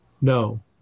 No